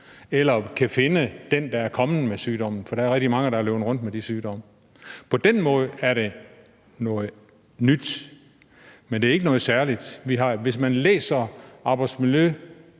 heller ikke finde personen, der er kommet med sygdommen, for der er rigtig mange, der er løbet rundt med sygdommen. På den måde er det noget nyt, men det er ikke noget særligt. Af arbejdsmiljø-